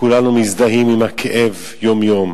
כולנו מזדהים עם הכאב יום-יום,